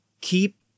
keep